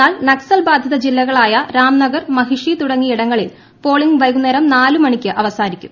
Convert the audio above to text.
എന്നാൽ നക്സൽ ബാധിത ജില്ലകളായ രാംനഗർ മഹിഷി തുടങ്ങിയിടങ്ങളിൽ പോളിംഗ് പ്രൈകുന്നേരം നാലുമണിക്ക് അവസാനിക്കും